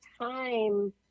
time